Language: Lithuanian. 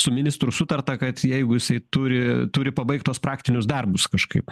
su ministru sutarta kad jeigu jisai turi turi pabaigt tuos praktinius darbus kažkaip